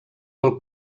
pel